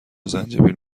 زنجبیل